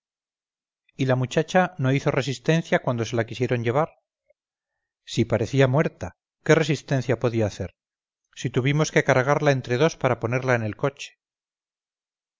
y la muchacha no hizo resistencia cuando se la quisieron llevar si parecía muerta qué resistencia podía hacer si tuvimos que cargarla entre dos para ponerla en el coche